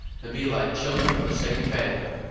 to be like children of the same family,